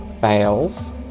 Fails